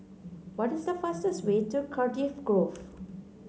what is the fastest way to Cardiff Grove